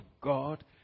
God